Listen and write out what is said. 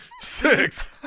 Six